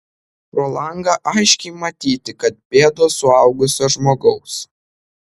pro langą aiškiai matyti kad pėdos suaugusio žmogaus